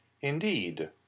Indeed